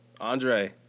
Andre